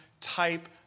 type